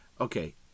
Okay